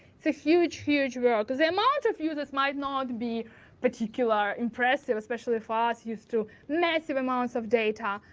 it's a huge huge world. because the amount of users might not be particular impressive, especially for us used to massive amounts of data.